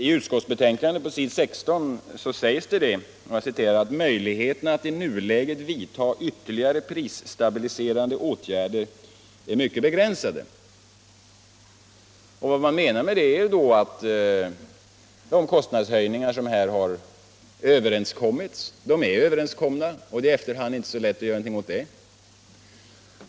I utskottsbetänkandet sägs på s. 16 att möjligheterna att i nuläget vidta ytterligare prisstabiliserande åtgärder är mycket begränsade. Vad man menar med detta är att de kostnadshöjningar som här har överenskommits redan är överenskomna och att det i efterhand inte är lätt att göra någonting åt det.